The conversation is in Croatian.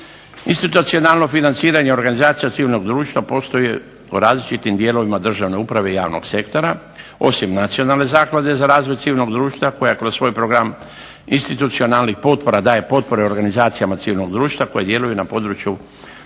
Institucionalno financiranje organizacija civilnog društva postoje u različitim dijelovima državne uprave i javnog sektora, osim Nacionalne zaklade za razvoj civilnog društva koja kroz svoj Program institucionalnih potpora daje potpore organizacijama civilnog društva koje djeluju na području